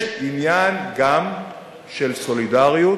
יש עניין גם של סולידריות.